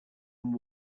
and